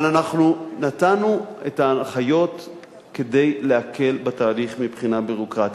אבל אנחנו נתנו את ההנחיות כדי להקל בתהליך מבחינה ביורוקרטית.